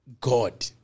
god